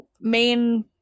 main